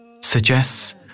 suggests